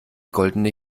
goldene